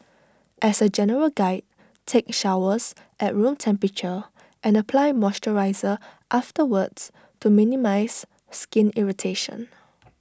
as A general guide take showers at room temperature and apply moisturiser afterwards to minimise skin irritation